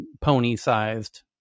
pony-sized